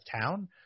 town